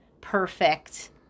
perfect